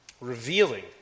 revealing